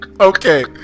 Okay